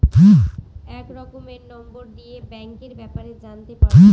এক রকমের নম্বর দিয়ে ব্যাঙ্কের ব্যাপারে জানতে পারবো